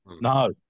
No